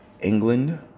England